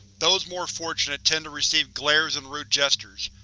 those more fortunate tend to receive glares and rude gestures.